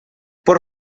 por